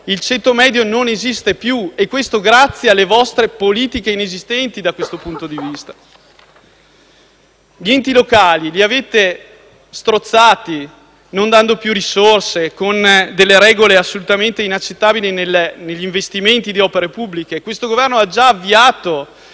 il ceto medio non esiste più e questo grazie alle vostre politiche inesistenti da questo punto di vista. Avete strozzato gli enti locali non dando più risorse con regole assolutamente inaccettabili negli investimenti di opere pubbliche. Questo Governo ha già avviato